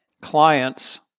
clients